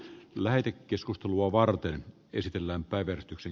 lähetin keskustelua varten esitellään ed